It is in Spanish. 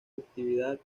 actividad